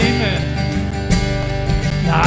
Amen